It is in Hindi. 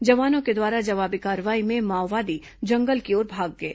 जवानों के द्वारा जवाबी कार्रवाई में माओवादी जंगल की ओर भाग गए